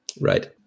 Right